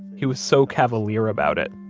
he was so cavalier about it.